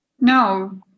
No